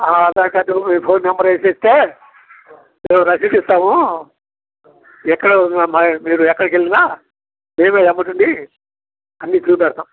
Aadhaar card మీ phone number ఏసేస్తే మేము రసీదు ఇస్తాము ఎక్కడ మీరు ఎక్కడికి వెళ్ళినా మేమే రేపటి నుండి అన్ని చూపెడతాం